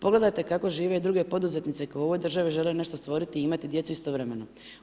Pogledajte kako žive i druge poduzetnice koje u ovoj državi žele nešto stvoriti i imati djecu istovremeno.